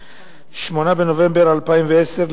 8 בנובמבר 2010,